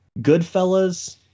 Goodfellas